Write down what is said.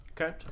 okay